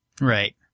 Right